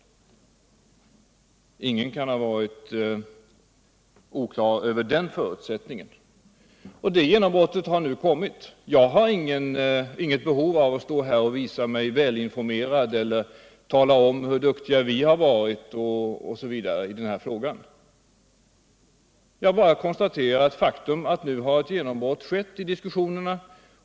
Ingen kan ha svävat i ovisshet om den förutsättningen. Det genombrottet har nu kommit. Jag har inget behov av att stå här och visa mig välinformerad eller att tala om hur duktiga vi varit i denna fråga. Jag bara konstaterar faktum att nu har ett genombrott skett i diskussionerna.